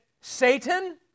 Satan